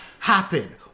Happen